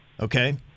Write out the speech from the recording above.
Okay